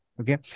Okay